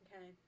Okay